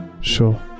sure